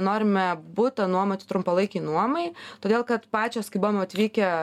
norime butą nuomoti trumpalaikei nuomai todėl kad pačios kai buvom atvykę